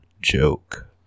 joke